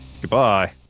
goodbye